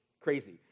crazy